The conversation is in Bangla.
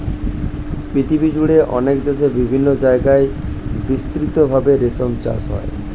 পৃথিবীজুড়ে অনেক দেশে বিভিন্ন জায়গায় বিস্তৃত ভাবে রেশম চাষ হয়